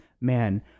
man